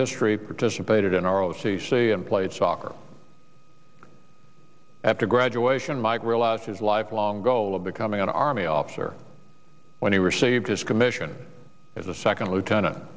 history participated in our o c c and played soccer after graduation mike realized his lifelong goal of becoming an army officer when he received his commission as a second lieutenant